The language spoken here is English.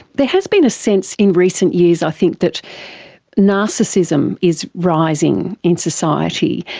there has been a sense in recent years i think that narcissism is rising in society.